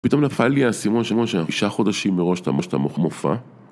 ופתאום נפל לי האסימון, שמשה, תשעה חודשים מראש המופע.